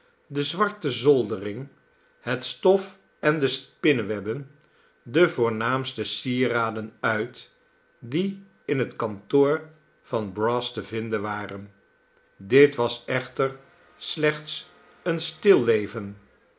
de zwarte zoldering het stof en de spinnewebben de voornaamste sieraden uit die in het kantoor van brass te vinden waren dit was echter slechts een stilleven